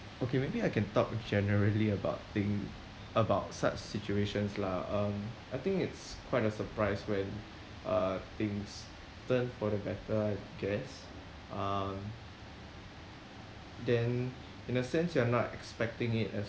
okay maybe I can talk generally about thing about such situations lah um I think it's quite a surprise when uh things turn for the better I guess um then in a sense you are not expecting it as